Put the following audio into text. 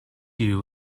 you